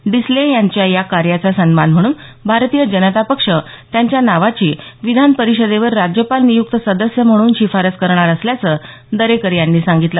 डिसले यांच्या या कार्याचा सन्मान म्हणून भारतीय जनता पक्ष त्यांच्या नावाची विधान परिषदेवर राज्यपाल नियुक्त सदस्य म्हणून शिफारस करणार असल्याचं दरेकर यांनी सांगितलं